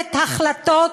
שולפת החלטות,